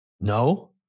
No